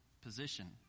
position